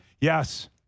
Yes